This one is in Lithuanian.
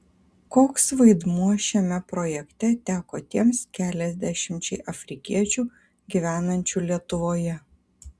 koks vaidmuo šiame projekte teko tiems keliasdešimčiai afrikiečių gyvenančių lietuvoje